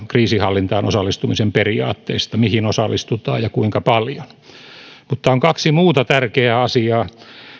kriisinhallintaan osallistumisen periaatteista mihin osallistutaan ja kuinka paljon mutta on kaksi muuta tärkeää asiaa